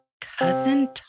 Cousin